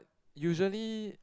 usually